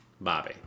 Bobby